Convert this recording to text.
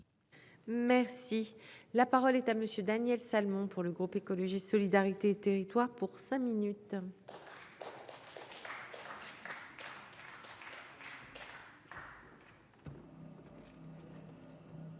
Merci. La parole est à Monsieur Daniel Salmon pour le groupe écologiste solidarité et territoires pour cinq minutes. Madame